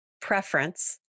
preference